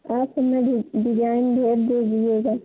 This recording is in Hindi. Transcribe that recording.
और सबमें डिज़ाइन भेज दीजिएगा